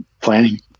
planning